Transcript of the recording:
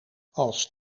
als